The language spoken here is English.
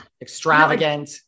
extravagant